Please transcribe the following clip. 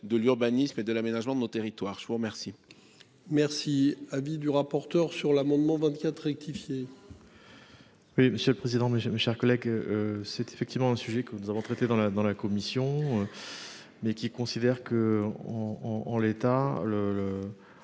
de l'urbanisme et de l'aménagement de nos territoires. Je vous remercie. Merci. Avis du rapporteur sur l'amendement 24 rectifié. Oui, monsieur le président, mes j'ai mes chers collègues, que c'est effectivement un sujet que nous avons traités dans la dans la commission. Mais qui considère que en